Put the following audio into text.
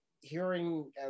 hearing